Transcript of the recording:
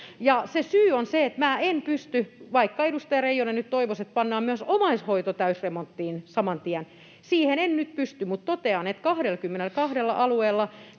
syy on se, että minä en siihen pysty. Vaikka edustaja Reijonen nyt toivoisi, että pannaan myös omaishoito täysremonttiin saman tien, siihen en nyt pysty, mutta totean, että 22 alueella